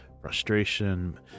frustration